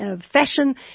fashion